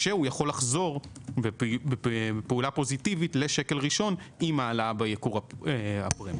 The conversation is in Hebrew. כשהוא יכול לחזור בפעולה פוזיטיבית לשקל ראשון עם העלאה בייקור הפרמיה.